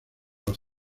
los